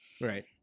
right